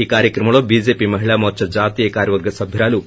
ఈ కార్యక్రమంలో చీజేపీ మహిళా మోర్చా జాతీయ కార్యవర్గ సభ్యురాలు ఎస్